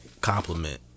compliment